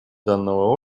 данного